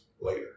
later